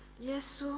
yes,